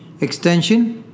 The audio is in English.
extension